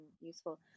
useful